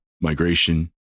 migration